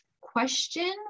question